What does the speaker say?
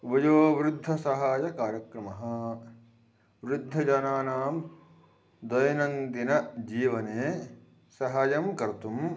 वयोवृद्धसहायकार्यक्रमः वृद्धजनानां दैनन्दिनजीवने सहायं कर्तुं